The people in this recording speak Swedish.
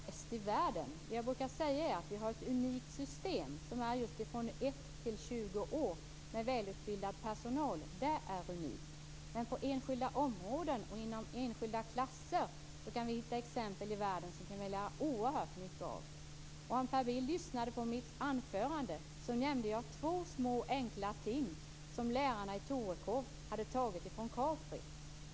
Fru talman! Jag är helt övertygad om att vi inte är bäst i världen. Jag brukar säga att vi har ett unikt system från 1 till 20 år med välutbildad personal. Det är unikt. Men på enskilda områden och inom enskilda klasser kan vi hitta exempel i världen som vi kan lära oss oerhört mycket av. Om Per Bill lyssnade på mitt anförande hörde han att jag nämnde två små enkla ting som lärarna i Torekov hade tagit från Capri.